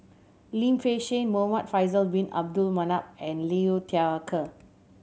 Lim Fei Shen Muhamad Faisal Bin Abdul Manap and Liu Thai Ker